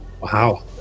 Wow